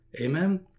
amen